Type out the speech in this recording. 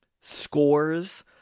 scores